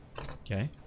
Okay